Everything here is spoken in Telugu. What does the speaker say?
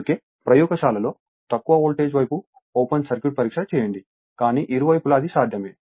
అందుకే ప్రయోగశాలలో తక్కువ వోల్టేజ్ వైపు ఓపెన్ సర్క్యూట్ పరీక్ష చేయండి కానీ ఇరువైపులా అది సాధ్యమే